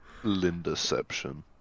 Lindaception